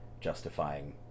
justifying